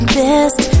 best